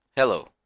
Hello